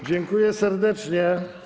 Dziękuję serdecznie.